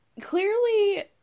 Clearly